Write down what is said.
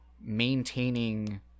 maintaining